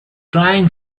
trying